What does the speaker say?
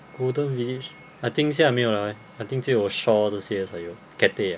Golden Village I think 现在没有了 leh I think 只有 Shaw 这些才有 Cathay ah